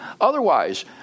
Otherwise